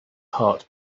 heart